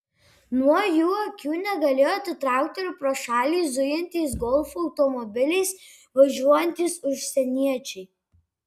nuo jų akių negalėjo atitraukti ir pro šalį zujantys golfo automobiliais važiuojantys užsieniečiai